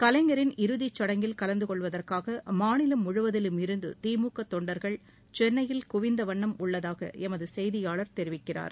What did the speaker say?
கலைஞரின் இறுதிச்சடங்கில் கலந்து கொள்வதற்காக மாநிலம் முழுவதிலுமிருந்தும் திமுக தொண்டர்கள் சென்னையில் குவிந்த வண்ணம் உள்ளதாக எமது செய்தியாளர் தெரிவிக்கிறார்